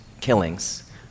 killings